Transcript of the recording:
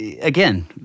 Again